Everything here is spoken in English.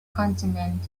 continent